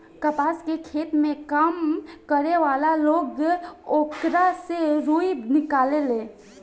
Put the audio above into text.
कपास के खेत में काम करे वाला लोग ओकरा से रुई निकालेले